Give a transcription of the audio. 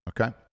okay